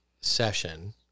session